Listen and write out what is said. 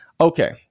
Okay